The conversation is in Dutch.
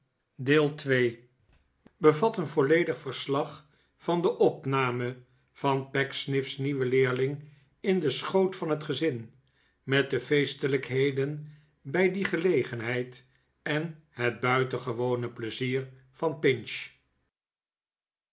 bevat een volledig verslag van de opname van pecksniff's nieuwen leerling in den schoot van het gezin met de feestelijkheden bij die gelegenheid en het buitengewone pleizier van pinch